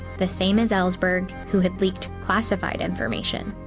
the same as ellsberg, who had leaked classified information.